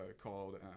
called